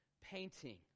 painting